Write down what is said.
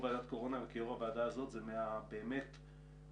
ועדת הקורונה וכיושב-ראש הוועדה הזאת זה באמת מהאבסורדים.